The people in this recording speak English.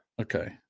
Okay